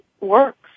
works